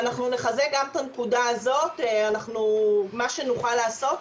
ואנחנו נחזק גם את הנקודה הזאת, מה שנוכל לעשות.